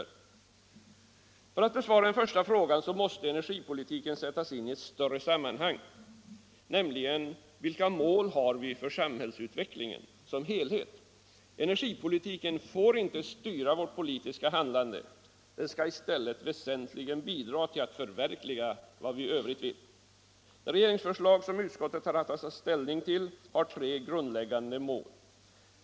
För att vi skall kunna besvara den första frågan måste energipolitiken sättas in i ett större sammanhang, nämligen vilka mål vi har för samhällsutvecklingen som helhet. Energipolitiken får inte styra vårt politiska handlande. Den skall i stället väsentligen bidra till att förverkliga vad vi i övrigt vill. Det regeringsförslag som utskottet haft att ta ställning till har tre grundläggande mål.